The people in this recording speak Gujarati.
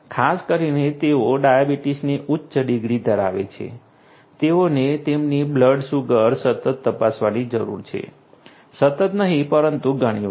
ખાસ કરીને જેઓ ડાયાબિટીસની ઉચ્ચ ડિગ્રી ધરાવે છે તેઓને તેમની બ્લડ સુગર સતત તપાસવાની જરૂર છે સતત નહીં પરંતુ ઘણી વાર